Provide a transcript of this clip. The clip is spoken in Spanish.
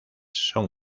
son